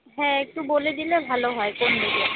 হ্যাঁ একটু বলে দিলে ভালো হয় কোন দিকে